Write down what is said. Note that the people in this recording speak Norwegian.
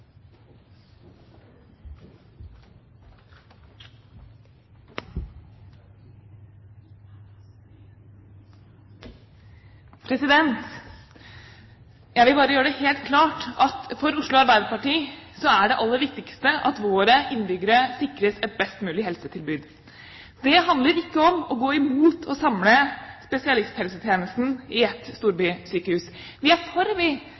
det aller viktigste at våre innbyggere sikres et best mulig helsetilbud. Det handler ikke om å gå imot å samle spesialisthelsetjenesten i ett storbysykehus. Vi er for en omfattende omstilling av lokalsykehusene, i tråd med Samhandlingsreformen. Det må gjelde alle, både offentlige og private sykehus, i alle deler av landet. Vi